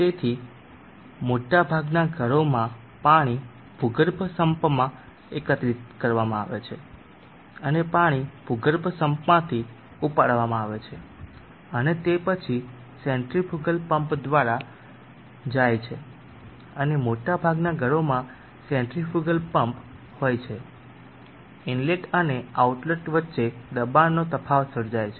તેથી મોટાભાગનાં ઘરોમાં પાણી ભૂગર્ભ સમ્પમાં એકત્રિત કરવામાં આવે છે અને પાણી ભૂગર્ભ સમ્પમાંથી ઉપાડવામાં આવે છે અને તે પછી સેન્ટ્રીફુગલ પંપ દ્વારા જાય છે અને મોટાભાગનાં ઘરોમાં સેન્ટ્રીફુગલ પમ્પ હોય છે ઇનલેટ અને આઉટલેટ વચ્ચે દબાણનો તફાવત સર્જાય છે